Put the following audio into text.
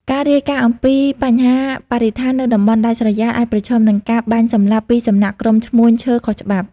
ការរាយការណ៍អំពីបញ្ហាបរិស្ថាននៅតំបន់ដាច់ស្រយាល អាចប្រឈមនឹងការបាញ់សម្លាប់ពីសំណាក់ក្រុមឈ្មួញឈើខុសច្បាប់។